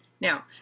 Now